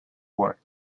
work